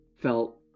felt